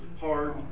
hard